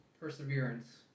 perseverance